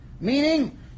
Meaning